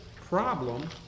problem